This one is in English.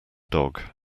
dog